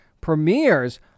premieres